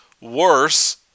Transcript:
worse